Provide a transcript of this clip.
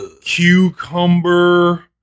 cucumber